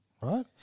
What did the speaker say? right